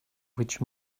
which